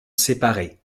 séparés